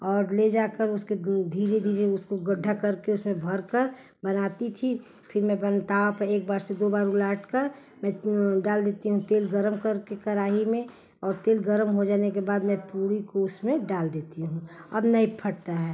और ले जाकर उसके धीरे धीरे उसको गड्ढा करके उसमें भरकर बनाती थी फिर मैं बन ताव पे एक बार से दो बार उलटकर मैं डाल देती हूँ तेल गर्म करके कड़ाही में और तेल गर्म हो जाने के बाद मैं पूड़ी को उसमें डाल देती हूँ अब नहीं फटती है